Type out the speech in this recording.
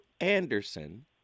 Anderson